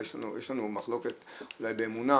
יש לנו מחלוקת אולי באמונה,